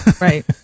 Right